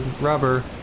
rubber